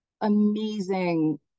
amazing